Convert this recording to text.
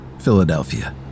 Philadelphia